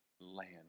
land